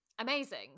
Amazing